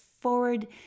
forward